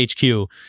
HQ